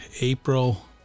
April